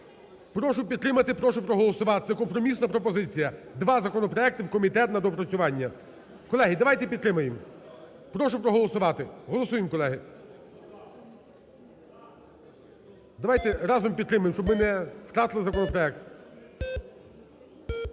Прошу підтримати, прошу проголосувати. Це компромісна пропозиція: два законопроекти в комітет на доопрацювання. Колеги, давайте підтримаємо, прошу проголосувати. Голосуємо, колеги. Давайте разом підтримаємо, щоб ми не втратили законопроект.